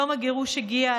יום הגירוש הגיע.